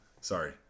Sorry